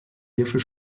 hierfür